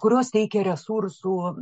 kurios teikia resursų